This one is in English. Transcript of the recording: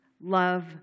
love